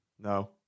No